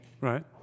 right